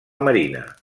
marina